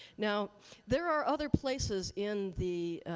now there are other places in the